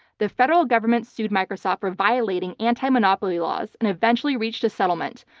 the federal government sued microsoft for violating anti-monopoly laws and eventually reached a settlement.